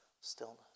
stillness